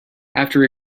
after